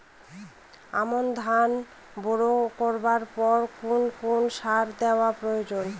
আমন ধান রোয়া করার পর কোন কোন সার দেওয়া প্রয়োজন?